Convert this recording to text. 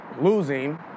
losing